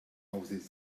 houses